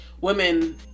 women